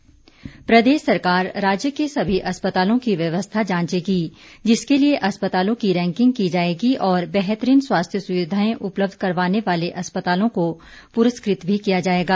अस्पताल प्रदेश सरकार राज्य के सभी अस्पतालों की व्यवस्था जांचेगी जिसके लिए अस्पतालों की रैंकिंग की जाएगी और बेहतरीन स्वास्थ्य सुविधाएं उपलब्ध करवाने वाले अस्पतालों को पुरस्कृत भी किया जाएगा